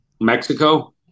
Mexico